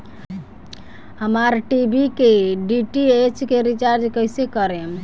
हमार टी.वी के डी.टी.एच के रीचार्ज कईसे करेम?